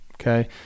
okay